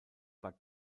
bei